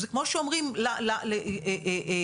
על סדר היום שלנו גם התמודדות עם אובדנות